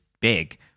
big